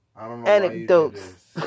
anecdotes